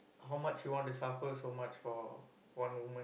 how much you want to suffer so much for one woman